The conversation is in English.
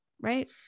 right